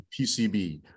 PCB